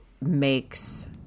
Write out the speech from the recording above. makes